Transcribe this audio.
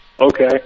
Okay